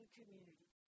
community